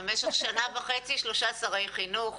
במשך שנה וחצי שלושה שרי חינוך